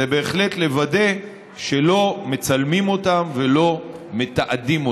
זה בהחלט לוודא שלא מצלמים אותם ולא מתעדים אותם.